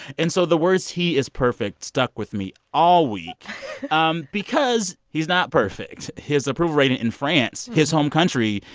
and so the words he is perfect stuck with me all week um because he's not perfect. his approval rating in france, his home country,